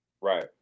right